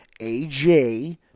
aj